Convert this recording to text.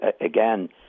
Again